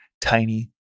tiny